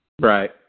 Right